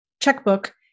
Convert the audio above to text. checkbook